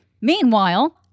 Meanwhile